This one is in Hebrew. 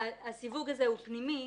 הסיווג הזה הוא פנימי,